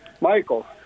Michael